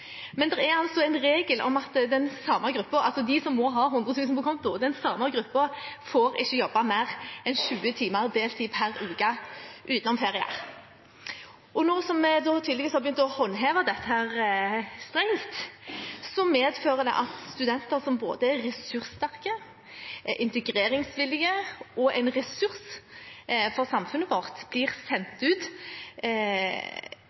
Men det er en regel om at den samme gruppen – de som må ha 100 000 kr på konto – ikke får jobbe mer enn 20 timer deltid per uke utenom ferie. Nå som man tydeligvis har begynt å håndheve dette strengt, fører det til at studenter som er både ressurssterke, integreringsvillige og en ressurs for samfunnet vårt, blir